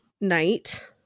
Night